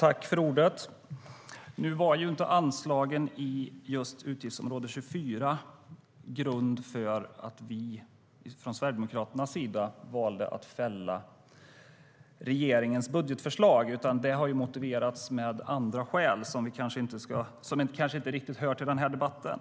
Fru talman! Nu var inte anslagen under just utgiftsområde 24 grunden för att vi från Sverigedemokraterna valde att fälla regeringens budgetförslag, utan det har motiverats med andra skäl som kanske inte riktigt hör till den här debatten.